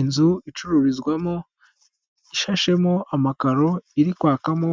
Inzu icururizwamo ishashemo amakaro iri kwakamo